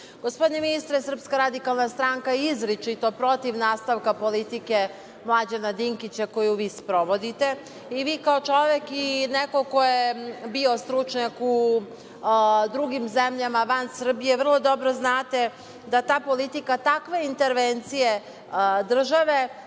ministre, SRS je izričito protiv nastavka politike Mlađana Dinkića koju vi sprovodite i vi kao čovek i neko ko je bio stručnjak u drugim zemljama van Srbije vrlo dobro znate da ta politika, takve intervencije države